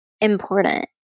important